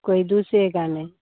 कोई दूसरे का नहीं